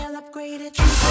upgraded